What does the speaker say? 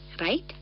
right